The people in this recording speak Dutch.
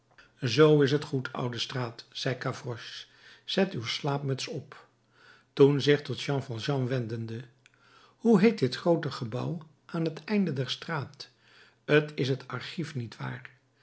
zoo is t goed oude straat zei gavroche zet uw slaapmuts op toen zich tot jean valjean wendende hoe heet dit groote gebouw aan het einde der straat t is het archief niet waar